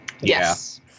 Yes